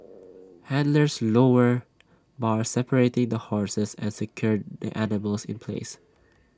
handlers lowered bars separating the horses and secured the animals in place